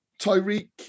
tyreek